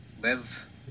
Live